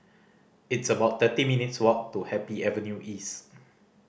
it's about thirty minutes' walk to Happy Avenue East